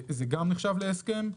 זה גם נחשב להסכם.